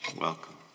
Welcome